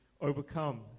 overcome